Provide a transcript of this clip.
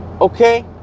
Okay